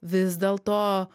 vis dėlto